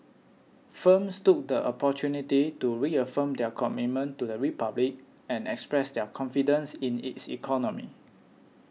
firms took the opportunity to reaffirm their commitment to the Republic and express their confidence in its economy